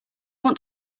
want